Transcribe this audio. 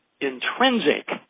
intrinsic